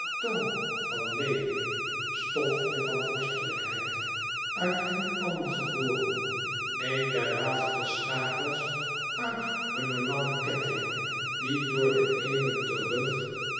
atoom van leven stofje van vorstelijklieid uit hen allen geboren een der laatste schakels hunner lange ketting die door de eeuwen terug